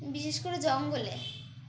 বিশেষ করে জঙ্গলে